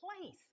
place